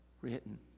Written